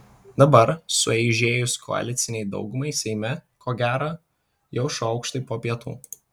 dabar sueižėjus koalicinei daugumai seime ko gera jau šaukštai po pietų